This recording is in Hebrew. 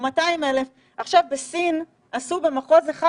או 200,000. עשו עכשיו במחוז אחד בסין,